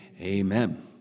Amen